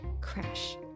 Crash